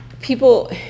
people